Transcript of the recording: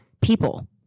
people